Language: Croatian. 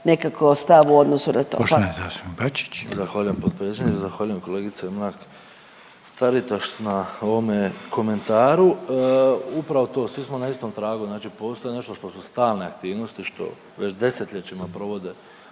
zastupnik Bačić. **Bačić, Ante (HDZ)** Zahvaljujem potpredsjedniče. Zahvaljujem kolegice Mrak Taritaš na ovome komentaru. Upravo to svi smo na istom tragu, znači postoji nešto što su stalne aktivnosti, što već desetljećima provode